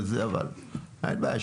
אבל אין בעיה,